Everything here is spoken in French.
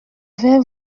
vais